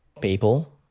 people